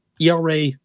ERA